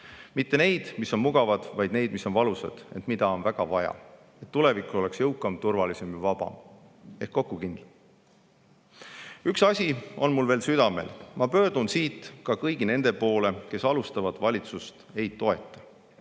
[otsuseid], mis on mugavad, vaid neid, mis on valusad, ent mida on väga vaja, et tulevik oleks jõukam, turvalisem ja vabam ehk kindlam. Üks asi on mul veel südamel. Ma pöördun siit ka kõigi nende poole, kes alustavat valitsust ei toeta.